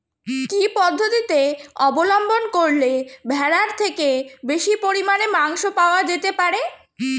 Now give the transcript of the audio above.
কি পদ্ধতিতে অবলম্বন করলে ভেড়ার থেকে বেশি পরিমাণে মাংস পাওয়া যেতে পারে?